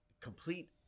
complete